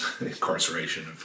incarceration